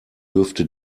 dürfte